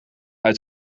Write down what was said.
uit